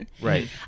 Right